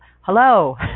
hello